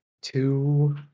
two